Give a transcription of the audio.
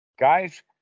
Guys